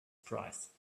price